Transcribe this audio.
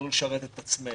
לא לשרת את עצמנו.